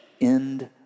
end